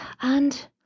and